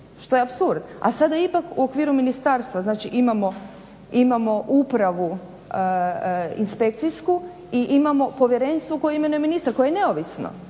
što je apsurd. A sada ipak u okviru ministarstva znači imamo upravu inspekcijsku i imamo povjerenstvo koje imenuje ministar koje je neovisno.